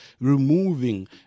removing